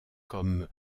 comme